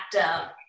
actor